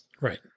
Right